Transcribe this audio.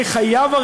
אני חייב,